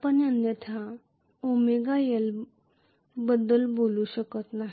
आपण अन्यथा ωL बद्दल बोलू शकत नाही